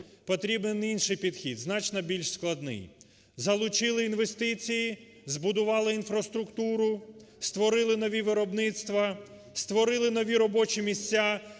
Потрібен інший підхід, значно більш складний: залучили інвестиції, збудували інфраструктуру, створили нові виробництва, створили нові робочі місця